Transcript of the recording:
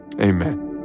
amen